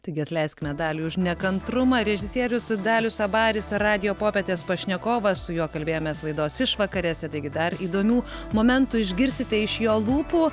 taigi atleisk medali už nekantrumą režisierius dalius abaris radijo popietės pašnekovas su juo kalbėjomės laidos išvakarėse taigi dar įdomių momentų išgirsite iš jo lūpų